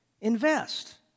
invest